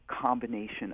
combination